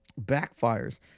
backfires